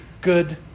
good